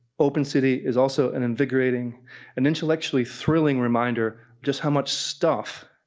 open city is also an invigorating and intellectually thrilling reminder just how much stuff,